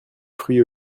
fruits